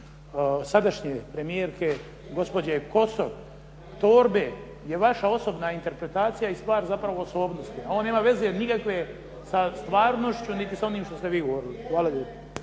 sadašnje premijerke gospođe Kosor, torbe, je vaša osobna interpretacija i stvar zapravo osobnosti a ono nema veze nikakve sa stvarnošću niti sa onim što ste vi govorili. Hvala lijepo.